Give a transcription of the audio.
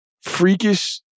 freakish